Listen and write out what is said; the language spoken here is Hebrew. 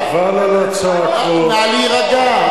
חבל, נא להירגע.